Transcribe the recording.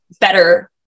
better